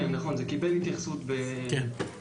נכון, זה קיבל התייחסות בתוכנית.